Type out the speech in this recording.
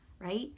right